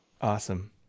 Awesome